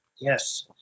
Yes